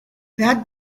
that